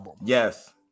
Yes